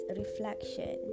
reflection